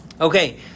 Okay